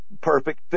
perfect